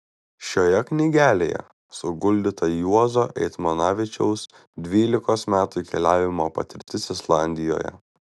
šioje knygelėje suguldyta juozo eitmanavičiaus dvylikos metų keliavimo patirtis islandijoje